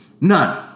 None